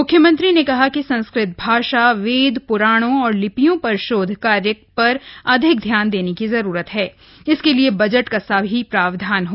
मुख्यमंत्री ने कहा कि संस्कृत भाषा वेद प्राणों और लिपियों पर शोध कार्य पर अधिक ध्यान देने की जरूरत है इसके लिए बजट का सही प्रावधान हो